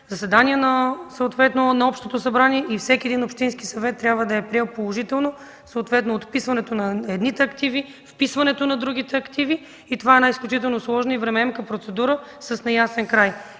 заседание на Общото събрание и всеки общински съвет трябва да е приел положително съответното отписване на едните активи и вписването на другите. Това е една изключително сложна и времеемка процедура с неясен край.